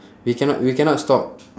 we cannot we cannot stop